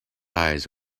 eyes